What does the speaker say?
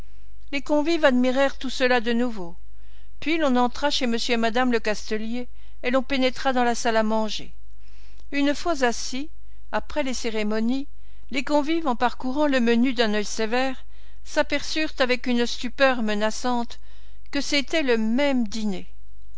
les convives admirèrent tout cela de nouveau puis l'on entra chez m et madame lecastelier et l'on pénétra dans la salle à manger une fois assis après les cérémonies les convives en parcourant le menu d'un œil sévère s'aperçurent avec une stupeur menaçante que c'était le même dîner